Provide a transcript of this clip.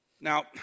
Now